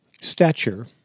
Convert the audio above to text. stature